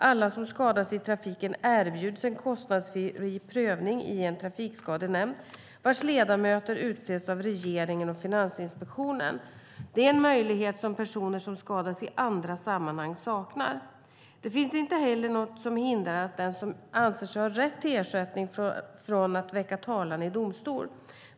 Alla som skadas i trafiken erbjuds en kostnadsfri prövning i en trafikskadenämnd, vars ledamöter utses av regeringen och Finansinspektionen. Det är en möjlighet som personer som skadas i andra sammanhang saknar. Det finns inte heller något som hindrar den som anser sig ha rätt till ersättning från att väcka talan i domstol.